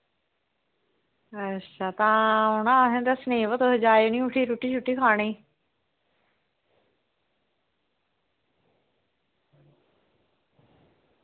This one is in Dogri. अच्छा आं तां औना दस्सनै ई बा तुस आये दे रुट्टी खानै गी